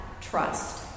trust